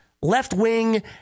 left-wing